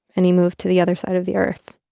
and he moved to the other side of the earth